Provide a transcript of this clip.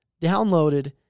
downloaded